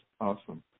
awesome